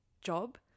job